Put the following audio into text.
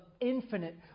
infinite